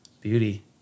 beauty